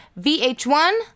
VH1